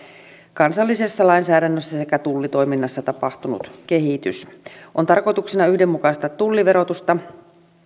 eun lainsäädännössä sekä tullitoiminnassa tapahtunut kehitys tarkoituksena on yhdenmukaistaa tulliverotusta